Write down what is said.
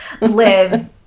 live